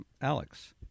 Alex